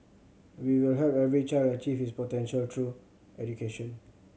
we will help every child achieve his potential through education